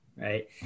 right